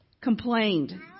complained